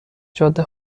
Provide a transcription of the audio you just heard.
جاده